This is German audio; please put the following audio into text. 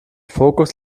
fokus